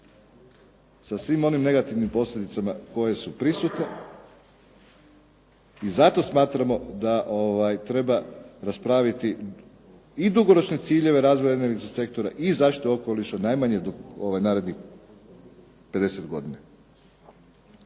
sa svim onim negativnim posljedicama koje su prisutne i zato smatramo da treba raspraviti i dugoročne ciljeve razvoja energetskog sektora i zaštite okoliša najmanje narednih 50 godina.